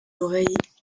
oreilles